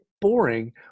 boring